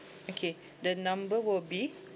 okay the number will be